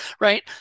right